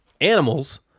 animals